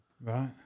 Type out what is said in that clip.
Right